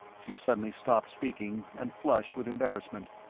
she suddenly stopped speaking and flushed with embarrassment.